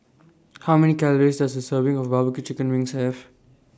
How Many Calories Does A Serving of Barbecue Chicken Wings Have